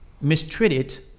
mistreated